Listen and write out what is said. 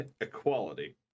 Equality